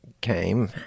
came